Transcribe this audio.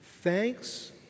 Thanks